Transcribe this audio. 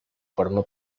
formó